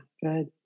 Good